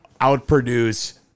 outproduce